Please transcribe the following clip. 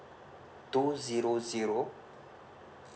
two zero zero